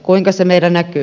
kuinka se meillä näkyy